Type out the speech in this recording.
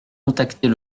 contacter